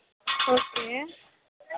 okay